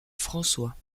françois